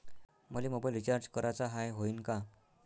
मले mobile recharge कराचा हाय, होईनं का?